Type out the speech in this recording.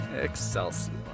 Excelsior